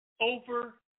over